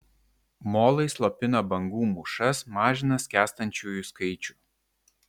molai slopina bangų mūšas mažina skęstančiųjų skaičių